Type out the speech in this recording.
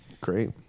Great